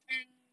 and